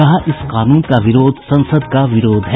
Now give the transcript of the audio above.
कहा इस कानून का विरोध संसद का विरोध है